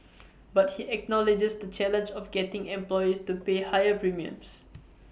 but he acknowledges the challenge of getting employers to pay higher premiums